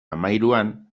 hamahiruan